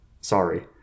sorry